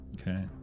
Okay